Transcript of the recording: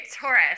Taurus